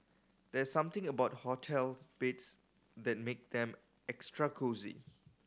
there's something about hotel beds that make them extra cosy